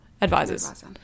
advisors